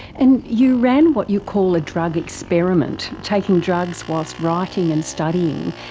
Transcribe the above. and you ran what you call a drug experiment, taking drugs whilst writing and studying.